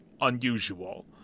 unusual